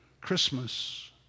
Christmas